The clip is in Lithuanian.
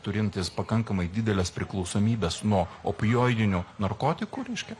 turintys pakankamai dideles priklausomybės nuo opioidinių narkotikų reiškia